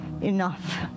enough